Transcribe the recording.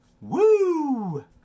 Woo